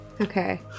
Okay